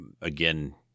again